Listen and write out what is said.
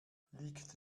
liegt